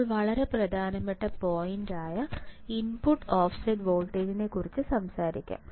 ഇപ്പോൾ വളരെ പ്രധാനപ്പെട്ട പോയിൻറ് ആയ ഇൻപുട്ട് ഓഫ്സെറ്റ് വോൾട്ടേജ്നെകുറിച്ച് സംസാരിക്കാം